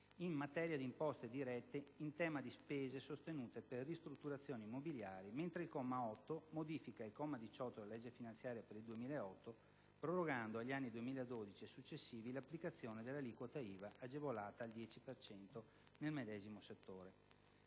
in materia di imposte dirette in tema di spese sostenute per ristrutturazioni immobiliari, mentre il comma 8 modifica il comma 18 della legge finanziaria per il 2008, prorogando agli anni 2012 e successivi l'applicazione dell'aliquota IVA agevolata al 10 per cento nel medesimo settore.